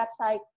website